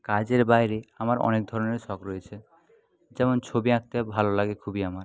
কাজের বাইরে আমার অনেক ধরনের শখ রয়েছে যেমন ছবি আঁকতে ভালো লাগে খুবই আমার